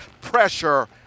Pressure